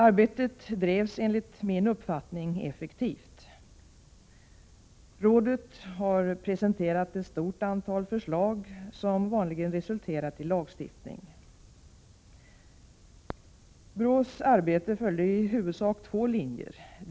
Arbetet bedrevs enligt min uppfattning effektivt. Rådet har presenterat ett stort antal förslag som vanligen resulterat i lagstiftning. BRÅ:s arbete följer i huvudsak två linjer.